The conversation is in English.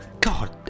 God